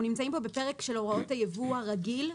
אנחנו נמצאים פה בפרק של הוראות הייבוא הרגיל,